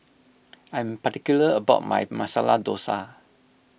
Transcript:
I'm particular about my Masala Dosa